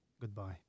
Goodbye